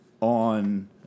on